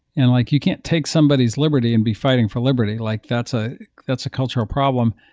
and like you can't take somebody's liberty and be fighting for liberty. like that's ah that's a cultural problem.